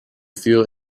feel